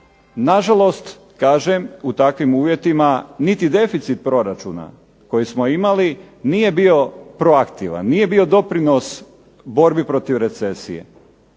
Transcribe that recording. Na žalost kažem u takvim uvjetima niti deficit proračuna koji smo imali nije bio proaktivan, nije bio doprinos borbi protiv recesije.